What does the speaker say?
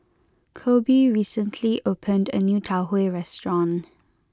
Koby recently opened a new Tau Huay restaurant